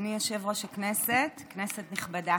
אדוני יושב-ראש הכנסת, כנסת נכבדה,